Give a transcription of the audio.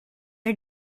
are